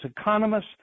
economists